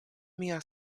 mia